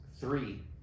three